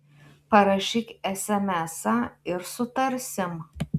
parašyk esemesą ir sutarsim